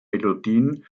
melodien